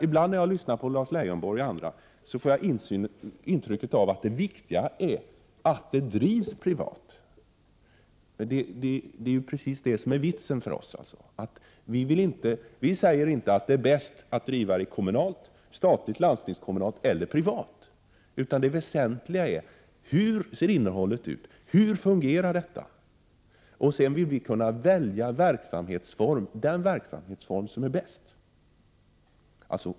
Ibland när jag lyssnar på Lars Leijonborg och andra, får jag intrycket att det viktiga är att det drivs privat, men det som är vitsen för oss är just att vi inte säger att det är bäst att driva verksamheten kommunalt, statligt, landstingskommunalt eller privat, utan det väsentliga är hur innehållet ser ut och hur det fungerar. Sedan vill vi kunna välja den verksamhetsform som är bäst.